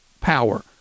power